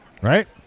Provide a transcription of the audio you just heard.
Right